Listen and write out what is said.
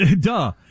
Duh